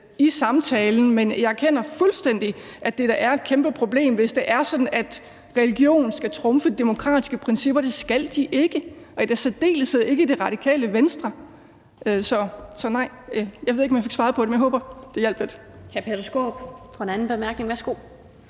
i samtalen, men jeg erkender fuldstændig, at det da er et kæmpe problem, hvis det er sådan, at religion skal trumfe demokratiske principper. Det skal det ikke og da i særdeleshed ikke i Radikale Venstre. Så nej. Jeg ved ikke, om jeg fik svaret på det, men jeg håber, det hjalp lidt. Kl. 12:53 Den fg. formand (Annette Lind): Hr.